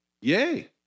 Yay